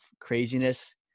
craziness